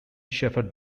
shepherd